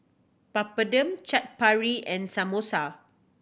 Papadum Chaat Papri and Samosa